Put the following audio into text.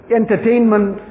entertainment